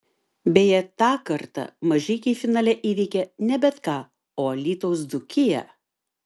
beje tą kartą mažeikiai finale įveikė ne bet ką o alytaus dzūkiją